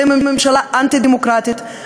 אתם ממשלה אנטי-דמוקרטית.